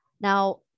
Now